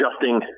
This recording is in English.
adjusting